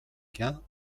cas